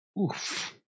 Oof